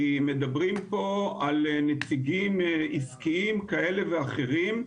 כי מדברים פה על נציגים עסקיים כאלה ואחרים.